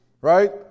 Right